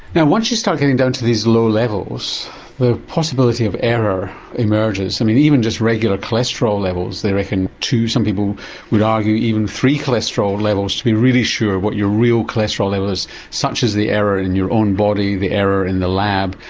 now once you start getting down to these lower levels the possibility of error emerges. i mean even just regular cholesterol levels they reckon two, some people would argue even three cholesterol levels to be really sure what your real cholesterol level such is the error in your own body, the error in the lab,